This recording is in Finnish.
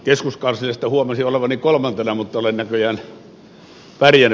jesus carseista huomasin olevani kolmantena herra puhemies